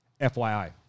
FYI